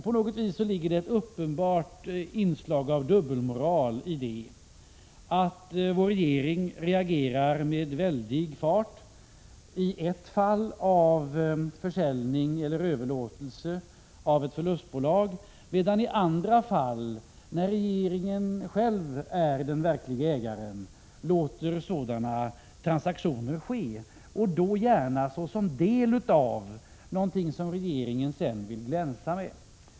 På något vis ligger det ett uppenbart inslag av dubbelmoral i att vår regering reagerar med en väldig fart i ett fall av försäljning eller överlåtelse av ett förlustbolag, medan den i andra fall, när regeringen själv är den verklige ägaren, låter sådana transaktioner ske och då gärna såsom en del av någonting som regeringen sedan vill glänsa med.